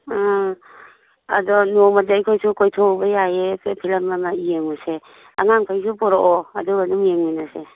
ꯑ ꯑꯗꯣ ꯅꯣꯡꯃꯗꯤ ꯑꯩꯈꯣꯏꯁꯨ ꯀꯣꯏꯊꯣꯛꯎꯕ ꯌꯥꯏꯌꯦ ꯐꯤꯂꯝ ꯑꯃ ꯌꯦꯡꯉꯨꯁꯦ ꯑꯉꯥꯡꯈꯩꯁꯨ ꯄꯣꯔꯛꯑꯣ ꯑꯗꯨꯒ ꯑꯗꯨꯝ ꯌꯦꯡꯃꯤꯟꯅꯁꯦ